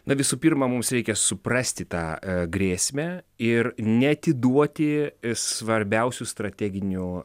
na visų pirma mums reikia suprasti tą grėsmę ir neatiduoti svarbiausių strateginių